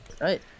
Right